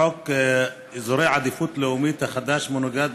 חוק אזורי עדיפות לאומית החדש מנוגד